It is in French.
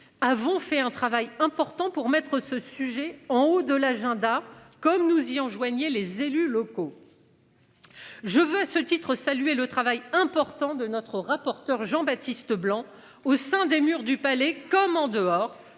Avons fait un travail important pour mettre ce sujet en haut de l'agenda comme nous il enjoignait les élus locaux. Je veux à ce titre saluer le travail important de notre rapporteur Jean-Baptiste Leblanc au sein des murs du Palais comme en dehors,